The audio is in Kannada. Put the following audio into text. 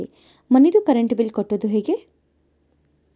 ಮನಿದು ಕರೆಂಟ್ ಬಿಲ್ ಕಟ್ಟೊದು ಹೇಗೆ?